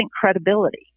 credibility